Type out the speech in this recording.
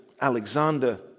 Alexander